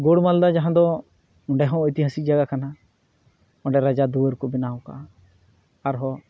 ᱜᱳᱣᱲ ᱢᱟᱞᱫᱟ ᱡᱟᱦᱟᱸᱫᱚ ᱚᱸᱰᱮᱦᱚᱸ ᱳᱭᱛᱤᱦᱟᱥᱤᱠ ᱡᱟᱭᱜᱟ ᱠᱟᱱᱟ ᱚᱸᱰᱮ ᱨᱟᱡᱟ ᱫᱩᱣᱟᱹᱨᱠᱚ ᱵᱮᱱᱟᱣᱠᱟᱜᱼᱟ ᱟᱨᱦᱚᱸ